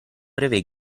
breve